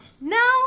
No